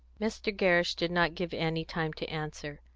mr. gerrish did not give annie time to answer.